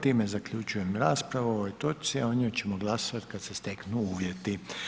Time zaključujem raspravu o ovoj točci, a o njoj ćemo glasovati kad se steknu uvjeti.